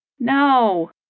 No